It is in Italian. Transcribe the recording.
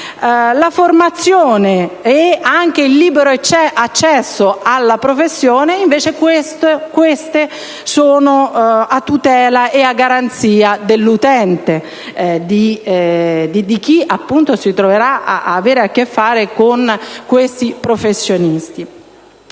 La formazione ed anche il libero accesso alla professione, invece, sono a tutela ed a garanzia dell'utente, di chi appunto si troverà ad avere a che fare con questi professionisti.